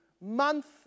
month